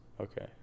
Okay